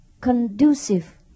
conducive